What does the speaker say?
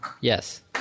Yes